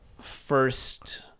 first